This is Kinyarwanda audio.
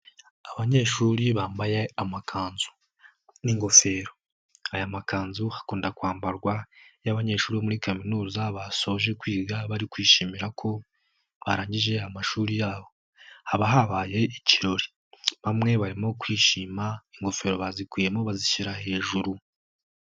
Abanyeshuri bambaye amakanzu n'ingofero, aya makanzu akunda kwambarwa iyo abanyeshuri muri Kaminuza basoje kwiga bari kwishimira ko barangije amashuri yabo, haba habaye ikirori, bamwe barimo kwishima ingofero bazikuyemo bazishyira hejuru.